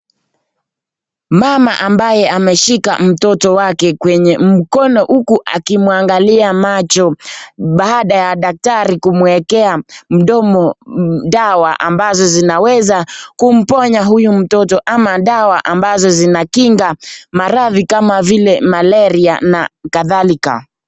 Mama ambaye ameshika mtoto wake kwenye mkono uku akimwangalia macho baada ya daktari kumwekea mdomo dawa ambazo zinaweza kumponya huyu mtoto ama dawa ambazo zina kinga maradhi kama vile malaria na kadhalika.